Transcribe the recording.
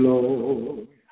Lord